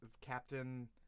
Captain